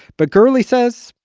but gurley says.